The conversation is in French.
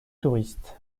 touristes